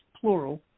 plural